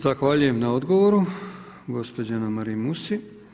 Zahvaljujem na odgovoru gospođi Anamariji Musi.